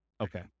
Okay